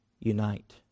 unite